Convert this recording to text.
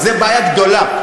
זו בעיה גדולה.